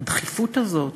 הדחיפות הזאת,